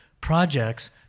Projects